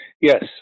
Yes